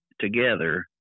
together